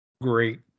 great